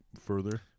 further